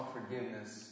forgiveness